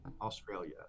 Australia